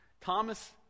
Thomas